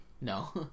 No